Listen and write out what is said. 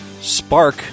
Spark